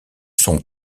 sont